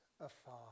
afar